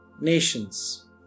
nations